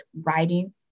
writing